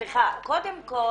סליחה, קודם כל